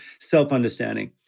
self-understanding